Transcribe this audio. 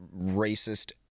racist